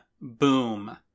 boom